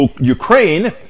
ukraine